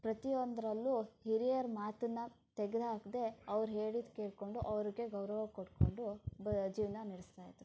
ಪ್ರತಿಯೊಂದರಲ್ಲೂ ಹಿರಿಯರ ಮಾತನ್ನು ತೆಗೆದು ಹಾಕದೆ ಅವರು ಹೇಳಿದ್ದು ಕೇಳಿಕೊಂಡು ಅವರಿಗೆ ಗೌರವ ಕೊಟ್ಕೊಂಡು ಬ ಜೀವನ ನಡೆಸ್ತಾ ಇದ್ದರು